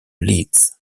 leeds